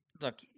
look